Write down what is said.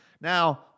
Now